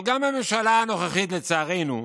גם הממשלה הנוכחית, לצערנו,